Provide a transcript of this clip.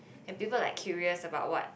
and people like curious about what